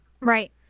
right